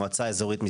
מועצה אזורית משגב.